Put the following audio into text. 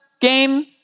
game